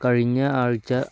കഴിഞ്ഞ ആഴ്ച